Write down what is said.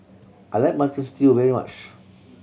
I like Mutton Stew very much